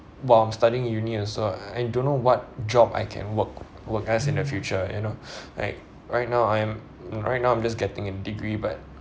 while I'm studying uni also I don't know what job I can work work as in the future you know like right now I'm right now I'm just getting a degree but